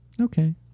Okay